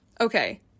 Okay